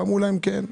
ואמרו להם: כן.